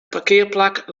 parkearplak